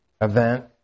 event